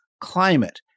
climate